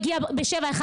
הגיע ב-716,